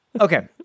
Okay